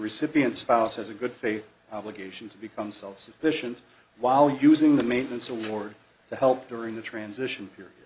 recipients found has a good faith obligation to become self sufficient while using the maintenance award to help during the transition period